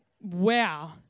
wow